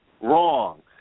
wrong